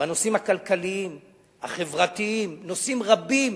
בנושאים הכלכליים ובנושאים רבים.